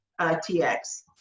tx